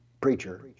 preacher